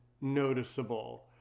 noticeable